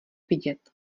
vidět